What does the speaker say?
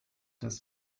dass